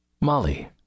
Molly